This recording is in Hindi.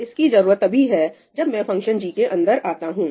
इसकी जरूरत तभी है जब मैं फंक्शन g के अंदर आता हूं